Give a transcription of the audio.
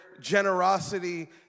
generosity